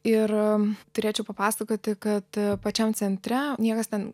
ir turėčiau papasakoti kad pačiam centre niekas ten